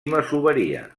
masoveria